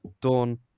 Dawn